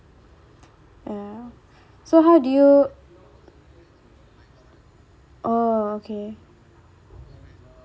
ya so how do you oh okay